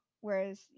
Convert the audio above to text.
whereas